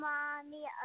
Mommy